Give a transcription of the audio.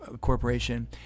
Corporation